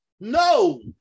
No